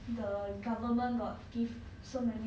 !wah! 这样子现在